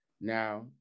Now